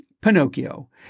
Pinocchio